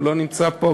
הוא לא נמצא פה,